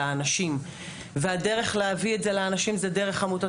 לאנשים והדרך להביא את זה לאנשים זה דרך עמותות